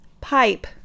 pipe